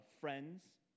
friends